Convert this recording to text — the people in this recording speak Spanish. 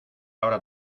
ahora